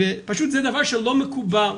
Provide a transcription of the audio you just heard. ופשוט זה דבר שלא מקובל,